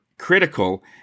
critical